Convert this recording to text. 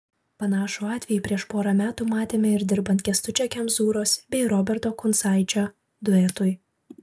panašų atvejį prieš porą metų matėme ir dirbant kęstučio kemzūros bei roberto kuncaičio duetui